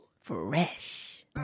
Fresh